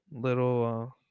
little